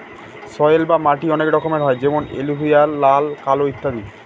soil বা মাটি অনেক রকমের হয় যেমন এলুভিয়াল, লাল, কালো ইত্যাদি